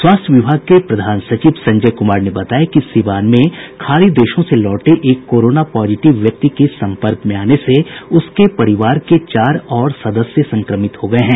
स्वास्थ्य विभाग के प्रधान सचिव संजय कुमार ने बताया कि सीवान में खाड़ी देशों से लौटे एक कोरोना पॉजिटिव व्यक्ति के सम्पर्क में आने से उसके परिवार के चार और सदस्य संक्रमित हो गये हैं